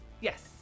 Yes